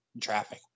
traffic